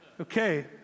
Okay